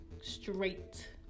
straight